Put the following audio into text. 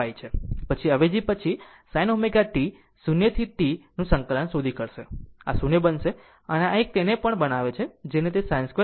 પછી અવેજી પછી sin ω t 0 to T નું સંકલન શોધી શકશે આ 0 બનશે અને આ એક તેને પણ બનાવે છે જેને તે sin2ω t છે